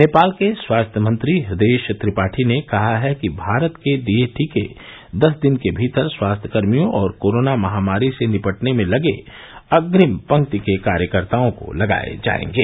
नेपाल के स्वास्थ्य मंत्री हृदयेश त्रिपाठी ने कहा है कि भारत के दिये टीके दस दिन के भीतर स्वास्थ्यकर्मियों और कोरोना महामारी से निपटने में लगे अग्रिम पंक्ति के कार्यकर्ताओं को लगाये जायेंगे